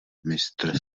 mistr